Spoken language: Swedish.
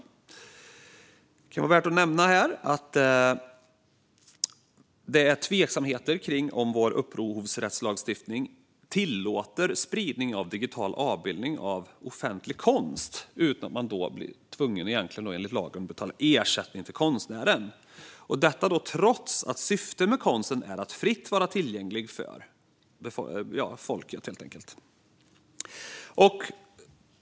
Det kan vara värt att nämna att det finns tveksamheter kring om vår upphovsrättslagstiftning tillåter spridning av digital avbildning av offentlig konst utan att man enligt lag egentligen blir tvungen att betala ersättning till konstnären, detta trots att syftet med konsten är att den ska vara fritt tillgänglig för folket.